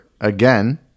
again